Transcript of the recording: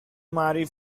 marry